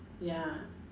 ya